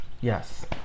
Yes